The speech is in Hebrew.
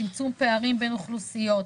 צמצום פערים בין אוכלוסיות.